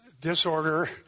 disorder